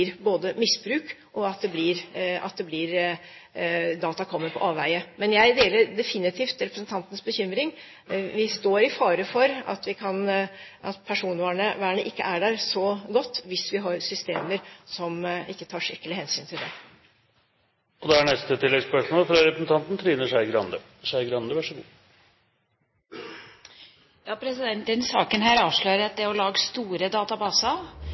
data både blir misbrukt og kommer på avveie. Men jeg deler definitivt representantens bekymring. Det er fare for at personvernet ikke står så godt hvis vi har systemer som ikke tar skikkelig hensyn til det. Trine Skei Grande – til oppfølgingsspørsmål. Denne saken avslører at det å lage store databaser